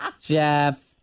Jeff